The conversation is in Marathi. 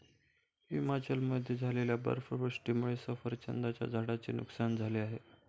हिमाचलमध्ये झालेल्या बर्फवृष्टीमुळे सफरचंदाच्या झाडांचे नुकसान झाले आहे